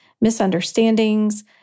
misunderstandings